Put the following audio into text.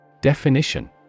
Definition